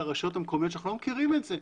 הרשויות המקומיות כשאנחנו לא מכירים את זה,